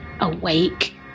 awake